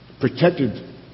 protected